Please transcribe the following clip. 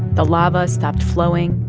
the lava stopped flowing,